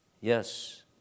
Yes